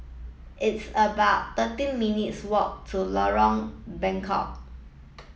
it's about thirteen minutes' walk to Lorong Bengkok